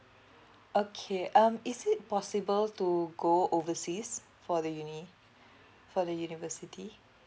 okay um is it possible to go overseas for the uni for the university